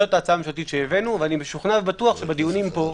זאת ההצעה הממשלתית שהבאנו ואני משוכנע ובטוח שבדיונים פה,